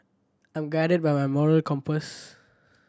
I'm guided by my moral compass